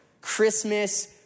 Christmas